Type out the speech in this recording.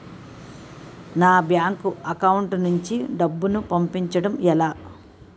నా bank account నుంచి డబ్బును పంపించడం ఎలా?